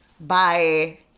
Bye